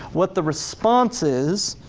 what the response is,